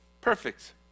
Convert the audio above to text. Perfect